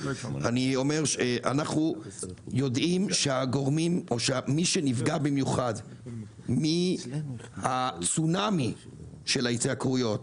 אנחנו יודעים שהגורמים או מי שנפגע במיוחד מהצונאמי של ההתייקרויות,